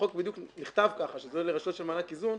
החוק בדיוק נכתב ככה שזה יהיה לרשויות של מענק איזון,